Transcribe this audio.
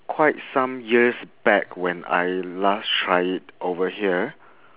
quite some years back when I last tried it over here